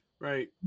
Right